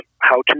how-to